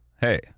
hey